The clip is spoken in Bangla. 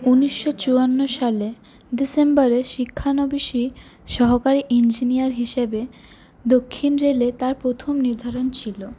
উনিশশো চুয়ান্ন সালের ডিসেম্বরে শিক্ষানবিশি সহকারী ইঞ্জিনিয়ার হিসেবে দক্ষিণ রেলে তাঁর প্রথম নির্ধারণ ছিল